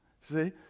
See